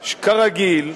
כרגיל,